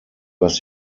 was